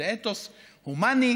זה אתוס הומני,